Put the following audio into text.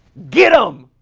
get em!